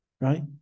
right